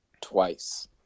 twice